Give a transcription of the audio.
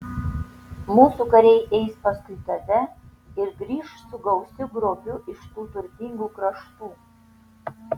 mūsų kariai eis paskui tave ir grįš su gausiu grobiu iš tų turtingų kraštų